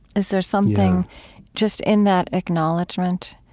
is there something just in that acknowledgment,